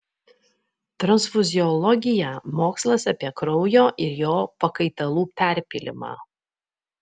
transfuziologija mokslas apie kraujo ir jo pakaitalų perpylimą